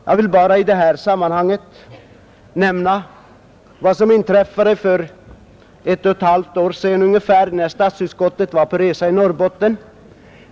Jag vill just i det här sammanhanget nämna vad som inträffade för ungefär ett och ett halvt år sedan, när statsutskottet var på resa i Norrbotten.